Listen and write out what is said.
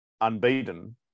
unbeaten